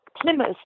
Plymouth